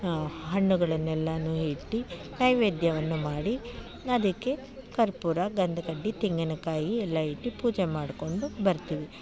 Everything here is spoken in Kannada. ಹಣ್ಣುಗಳನ್ನೆಲ್ಲಾನು ಇಟ್ಟಿ ನೈವೇದ್ಯವನ್ನು ಮಾಡಿ ಅದಕ್ಕೆ ಕರ್ಪೂರ ಗಂಧಕಡ್ಡಿ ತೆಂಗಿನ ಕಾಯಿ ಎಲ್ಲ ಇಟ್ಟು ಪೂಜೆ ಮಾಡಿಕೊಂಡು ಬರ್ತೀವಿ